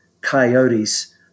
coyotes